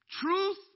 truth